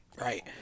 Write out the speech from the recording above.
Right